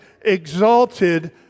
exalted